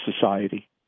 society